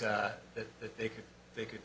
that that they could they could